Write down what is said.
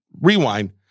rewind